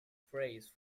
praise